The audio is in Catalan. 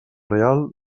real